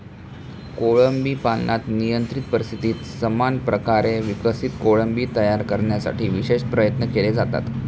कोळंबी पालनात नियंत्रित परिस्थितीत समान प्रकारे विकसित कोळंबी तयार करण्यासाठी विशेष प्रयत्न केले जातात